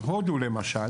הודו למשל